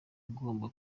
agomba